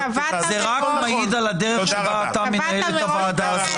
זה רק מעיד על הדרך שבה אתה מנהל את הוועדה הזאת,